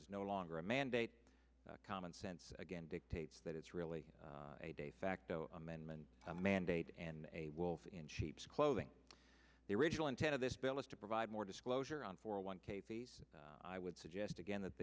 is no longer a mandate common sense again dictates that it's really a de facto amendment mandate and a wolf in sheep's clothing the original intent of this bill is to provide more disclosure on for one k p s i would suggest again that